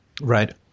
Right